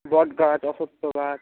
বটগাছ অশ্বত্থ গাছ